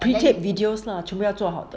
pre taped videos lah 全部要做好的